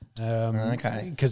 Okay